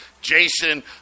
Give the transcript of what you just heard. Jason